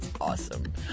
awesome